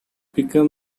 become